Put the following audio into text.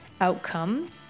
Outcome